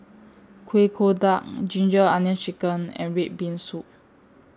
Kueh Kodok Ginger Onions Chicken and Red Bean Soup